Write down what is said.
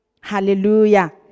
Hallelujah